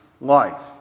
life